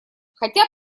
хотя